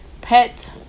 pet